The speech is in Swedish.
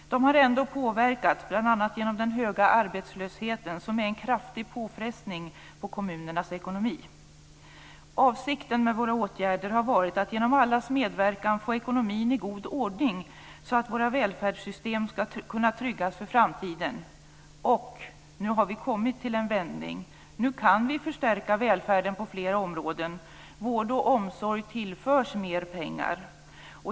De har ändå påverkats, bl.a. genom den höga arbetslösheten, som är en kraftig påfrestning på kommunernas ekonomi. Avsikten med våra åtgärder har varit att genom allas medverkan få ekonomin i god ordning, så att våra välfärdssystem skall kunna tryggas för framtiden. Vi har nu kommit fram till en vändning, så att vi kan förstärka välfärden på flera områden. Vård och omsorg tillförs mer pengar.